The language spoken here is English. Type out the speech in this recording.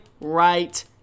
right